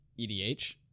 edh